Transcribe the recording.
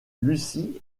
lucy